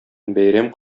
бәйрәм